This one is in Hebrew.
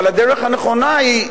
אבל הדרך הנכונה היא,